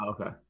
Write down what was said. Okay